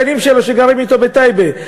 לשכנים שלו שגרים אתו בטייבה,